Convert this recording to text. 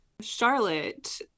Charlotte